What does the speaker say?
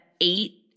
eight